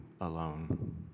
alone